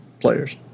players